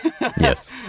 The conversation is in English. Yes